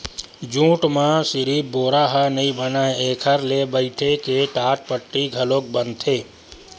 jute म सिरिफ बोरा ह नइ बनय एखर ले बइटे के टाटपट्टी घलोक बनथे